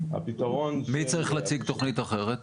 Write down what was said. הפתרון שיש --- מי צריך להציג תוכנית אחרת?